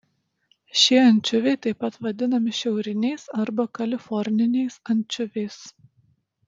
šie ančiuviai taip pat vadinami šiauriniais arba kaliforniniais ančiuviais